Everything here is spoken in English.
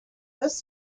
this